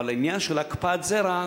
אבל העניין של הקפאת זרע,